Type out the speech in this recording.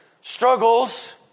struggles